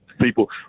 people